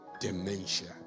dementia